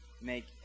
make